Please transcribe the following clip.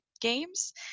games